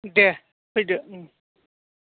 दे फैदो